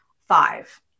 five